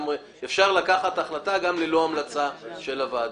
אפשר לקחת החלטה גם ללא המלצה של הוועדה.